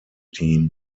team